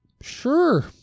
sure